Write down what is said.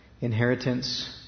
inheritance